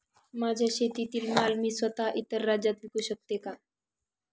माझ्या शेतातील माल मी स्वत: इतर राज्यात विकू शकते का?